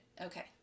Okay